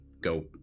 go